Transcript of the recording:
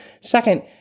Second